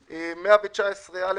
119א(ו)